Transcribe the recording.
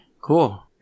cool